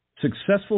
Successful